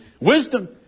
Wisdom